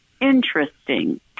interesting